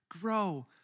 grow